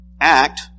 Act